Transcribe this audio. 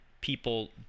People